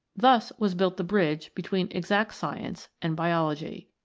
thus was built the bridge between exact science and biology.